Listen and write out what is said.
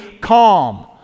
calm